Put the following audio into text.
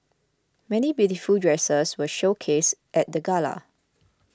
many beautiful dresses were showcased at the gala